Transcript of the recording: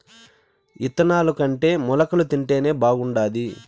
ఇత్తనాలుకంటే మొలకలు తింటేనే బాగుండాది